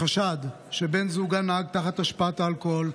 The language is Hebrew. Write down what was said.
החשד הוא שבן זוגה נהג תחת השפעת אלכוהול,